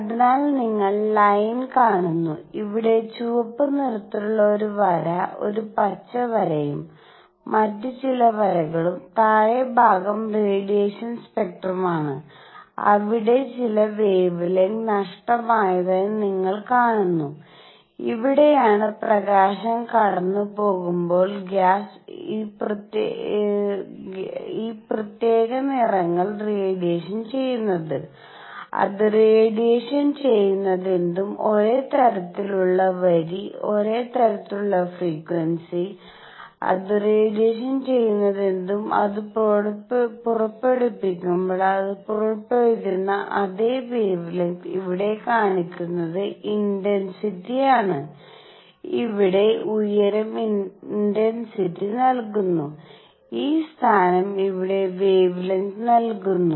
അതിനാൽ നിങ്ങൾ ലൈൻ കാണുന്നു ഇവിടെ ചുവപ്പ് നിറത്തിലുള്ള ഒരു വര ഒരു പച്ച വരയും മറ്റ് ചില വരകളും താഴത്തെ ഭാഗം റേഡിയേഷൻ സ്പെക്ട്രമാണ് അവിടെ ചില വെവെലെങ്ത് നഷ്ടപ്പെട്ടതായി നിങ്ങൾ കാണുന്നു ഇവിടെയാണ് പ്രകാശം കടന്നുപോകുമ്പോൾ ഗ്യാസ് ഈ പ്രത്യേക നിറങ്ങൾ റേഡിയേഷൻ ചെയ്യുന്നത് അത് റേഡിയേഷൻ ചെയ്യുന്നതെന്തും ഒരേ തരത്തിലുള്ള വരി ഒരേ തരത്തിലുള്ള ഫ്രീക്വൻസി അത് റേഡിയേഷൻ ചെയ്യുന്നതെന്തും അത് പുറപ്പെടുവിക്കുമ്പോൾ അത് പുറപ്പെടുവിക്കുന്ന അതേ വെവെലെങ്ത് ഇവിടെ കാണിക്കുന്നത് ഇന്റന്സിറ്റിയാണ് ഇവിടെ ഉയരം ഇന്റന്സിറ്റി നൽകുന്നു ഈ സ്ഥാനം ഇവിടെ വെവെലെങ്ത് നൽകുന്നു